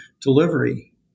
delivery